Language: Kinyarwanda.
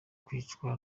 kwicwa